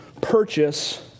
purchase